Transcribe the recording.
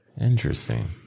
Interesting